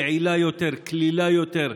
יעילה יותר, קלילה יותר,